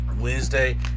Wednesday